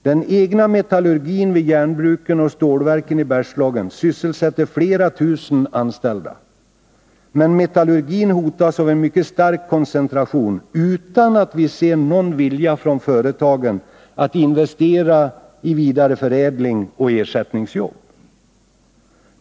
Den egna metallurgin vid järnbruken och stålverken i Bergslagen sysselsätter flera tusen anställda. Men metallurgin hotas av en mycket stark koncentration utan att vi ser någon vilja från företagen att investera i vidareförädling och ersättningsjobb.